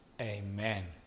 Amen